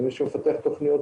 כמי שמפתח תוכניות,